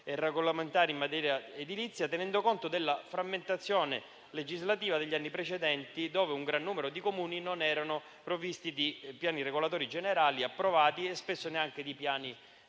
e regolamentari in materia edilizia, tenendo conto della frammentazione legislativa degli anni precedenti, dove un gran numero di Comuni non era provvisto di piani regolatori generali approvati e spesso neanche di piani di